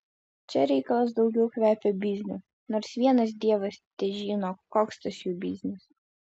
čia reikalas daugiau kvepia bizniu nors vienas dievas težino koks tas jų biznis